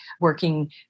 working